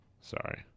sorry